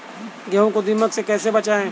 गेहूँ को दीमक से कैसे बचाएँ?